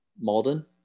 Malden